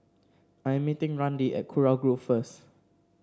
I am meeting Randi at Kurau Grove first